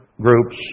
groups